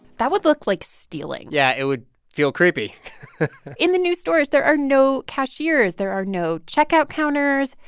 that would look like stealing yeah, it would feel creepy in the new stores, there are no cashiers. there are no checkout counters.